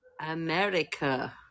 America